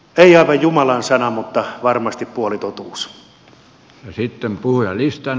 ei aivan jumalan sana mutta varmasti puolitotuus